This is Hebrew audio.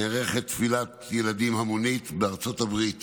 נערכת תפילת ילדים המונית בארצות הברית